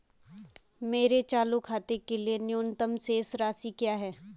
मेरे चालू खाते के लिए न्यूनतम शेष राशि क्या है?